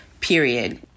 period